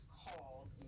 called